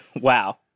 Wow